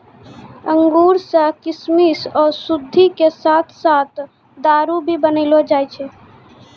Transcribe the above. अंगूर सॅ किशमिश, औषधि के साथॅ साथॅ दारू भी बनैलो जाय छै